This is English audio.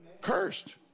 cursed